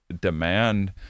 demand